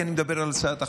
כי אני מדבר על הצעת החוק.